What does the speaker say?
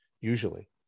usually